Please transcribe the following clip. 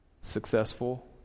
successful